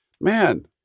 man